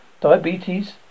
diabetes